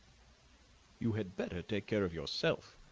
you had better take care of yourself,